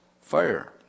fire